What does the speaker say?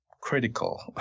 critical